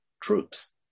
troops